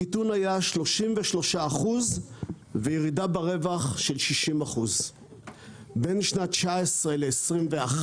הקיטון היה 33% וירידה ברווח של 60%. בין 2019 ל-2021,